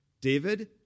David